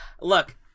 look